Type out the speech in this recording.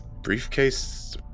Briefcase